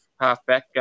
half-back